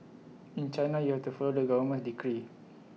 in China you have to follow government's decree